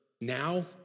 now